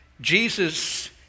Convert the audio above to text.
Jesus